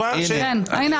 השאלה.